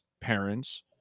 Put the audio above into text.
parents